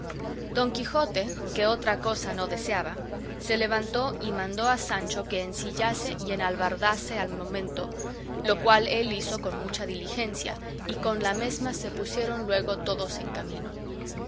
don quijote que otra cosa no deseaba se levantó y mandó a sancho que ensillase y enalbardase al momento lo cual él hizo con mucha diligencia y con la mesma se pusieron luego todos en camino